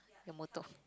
your motto